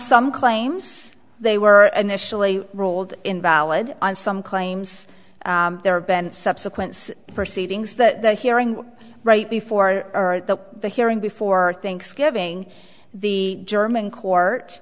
some claims they were initially ruled invalid and some claims there have been subsequent proceedings that the hearing right before the hearing before thanksgiving the german court